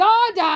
God